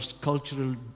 cultural